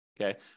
Okay